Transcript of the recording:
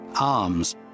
Arms